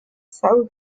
sawl